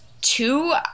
two